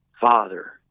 father